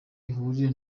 bihuriye